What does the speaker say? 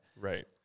Right